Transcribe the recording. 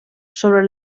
sobre